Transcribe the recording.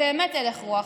זה באמת הלך רוח,